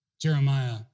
Jeremiah